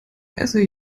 esse